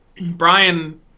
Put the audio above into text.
Brian